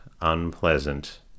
unpleasant